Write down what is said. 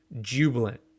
jubilant